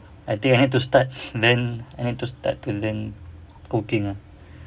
I think I need to start learn I need to start to learn cooking ah